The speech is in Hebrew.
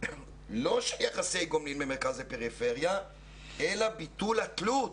לא של יחסי גומלין בין מרכז לפריפריה אלא ביטול התלות